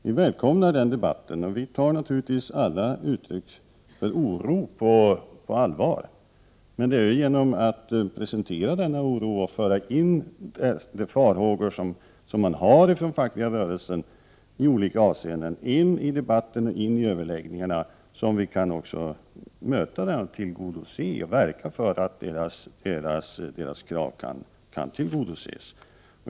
Ni är välkomna i denna debatt, och vi tar naturligtvis alla uttryck för oro på allvar. Men det är genom att presentera denna oro och de farhågor som man i olika avseenden hyser inom den fackliga rörelsen — föra in detta i debatten och överläggningarna — som vi kan verka för att kraven kan tillgodoses.